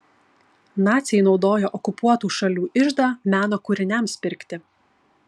naciai naudojo okupuotų šalių iždą meno kūriniams pirkti